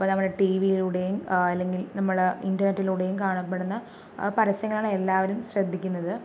അപ്പോൾ നമ്മുടെ ടി വിയിലൂടെയും അല്ലെങ്കിൽ നമ്മള് ഇൻ്റർനെറ്റിലൂടെയും കാണപ്പെടുന്ന പരസ്യങ്ങളാണ് എല്ലാവരും ശ്രദ്ധിക്കുന്നത്